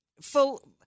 full